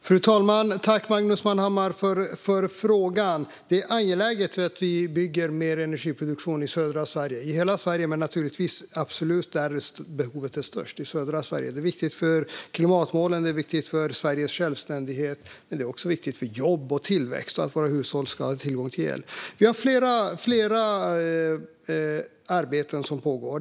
Fru talman! Tack för frågan, Magnus Manhammar! Det är angeläget att vi bygger mer energiproduktion i södra Sverige - i hela Sverige, men naturligtvis särskilt i södra Sverige där behovet är störst. Det är viktigt för klimatmålen och för Sveriges självständighet, men det är också viktigt för jobb och tillväxt och för att våra hushåll ska ha tillgång till el. Vi har flera arbeten som pågår.